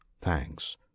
thanks